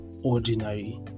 ordinary